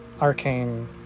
Arcane